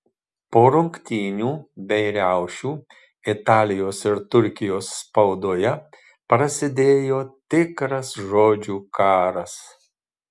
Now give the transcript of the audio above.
po rungtynių bei riaušių italijos ir turkijos spaudoje prasidėjo tikras žodžių karas